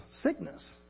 sickness